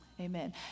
Amen